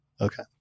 Okay